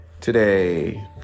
today